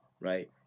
right